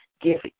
Give